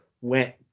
went